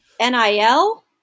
NIL